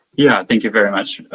yeah, thank you very much,